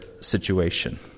situation